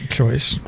choice